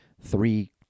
three